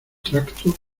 tracto